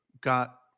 got